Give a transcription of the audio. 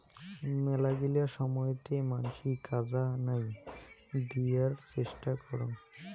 মেলাগিলা সময়তে মানসি কাজা নাই দিয়ার চেষ্টা করং